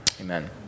amen